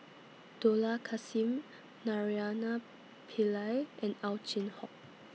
Dollah Kassim Naraina Pillai and Ow Chin Hock